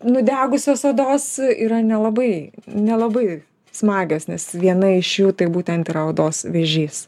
nudegusios odos yra nelabai nelabai smagios nes viena iš jų tai būtent yra odos vėžys